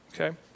Okay